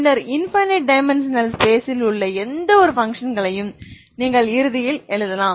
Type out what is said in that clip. பின்னர் infinite dimensional space ல் உள்ள எந்தவொரு பங்க்ஷன்களையும் நீங்கள் இறுதியில் எழுதலாம்